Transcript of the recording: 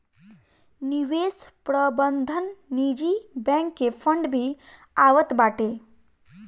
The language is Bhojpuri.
निवेश प्रबंधन निजी बैंक के फंड भी आवत बाटे